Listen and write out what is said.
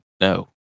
no